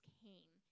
came